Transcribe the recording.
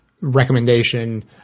recommendation